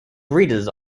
breeders